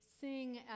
sing